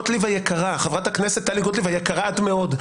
חברת הכנסת טלי גוטליב היקרה מאוד,